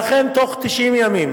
ואכן בתוך 90 ימים